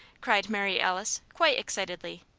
cried mary alice, quite excitedly,